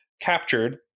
captured